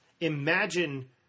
Imagine